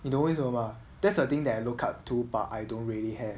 你懂为什么吗 that's the thing that I look up to too but I don't really have